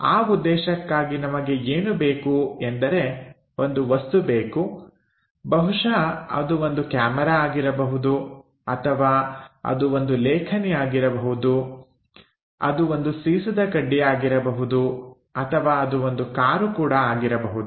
ಆ ಉದ್ದೇಶಕ್ಕಾಗಿ ನಮಗೆ ಏನು ಬೇಕು ಎಂದರೆ ಒಂದು ವಸ್ತು ಬೇಕು ಬಹುಶಃ ಅದು ಒಂದು ಕ್ಯಾಮೆರಾ ಆಗಿರಬಹುದು ಅಥವಾ ಅದು ಒಂದು ಲೇಖನಿ ಆಗಿರಬಹುದು ಅದು ಒಂದು ಸೀಸದ ಕಡ್ಡಿ ಆಗಿರಬಹುದು ಅಥವಾ ಅದು ಒಂದು ಕಾರು ಕೂಡ ಆಗಿರಬಹುದು